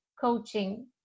coaching